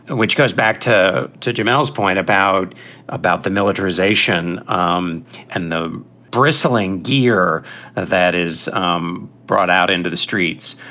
which goes back to to jamal's point about about the militarization um and the bristling gear that is um brought out into the streets.